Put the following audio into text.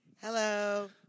Hello